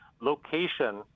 location